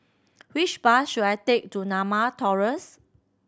which bus should I take to Norma Terrace